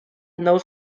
nous